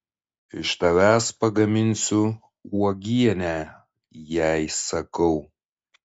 iš tavęs pagaminsiu uogienę jai sakau